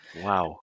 Wow